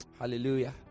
Hallelujah